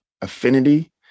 affinity